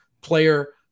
player